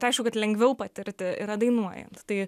tai aišku kad lengviau patirti yra dainuojant tai